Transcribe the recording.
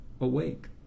awake